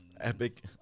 Epic